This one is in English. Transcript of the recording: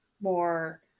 more